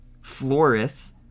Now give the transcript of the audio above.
Floris